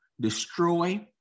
destroy